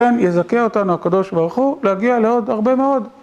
כן יזכה אותנו הקדוש ברוך הוא להגיע לעוד הרבה מאוד.